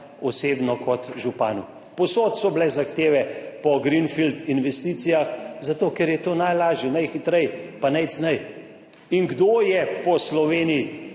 osebno kot županu. Povsod so bile zahteve po Greenfield investicijah, zato ker je to najlažje, najhitreje, pa najceneje in kdo je po Sloveniji